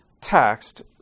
text